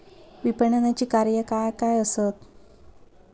विपणनाची कार्या काय काय आसत?